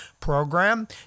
program